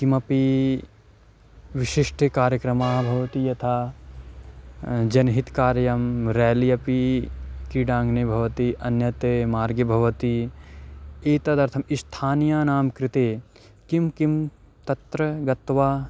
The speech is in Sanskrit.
केऽपि विशिष्टिकार्यक्रमाः भवन्ति यथा जनहितकार्यं रेली अपि क्रीडाङ्गने भवति अन्यत् मार्गे भवति एतदर्थं स्थानीयानां कृते किं किं तत्र गत्वा